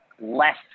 less